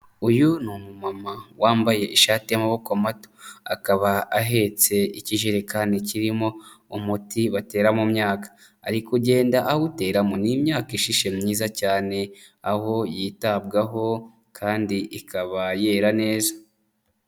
Uyu ni umumama wambaye ishati y'amaboko mato, akaba ahetse ikijerikani kirimo umuti batera mu myaka ari kugenda awuteramo. Ni imyaka ishishe myiza cyane aho yitabwaho kandi ikaba yera neza.